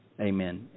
amen